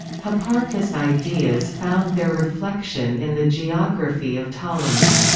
hipparchus' ideas found their reflection in the geography of ptolemy.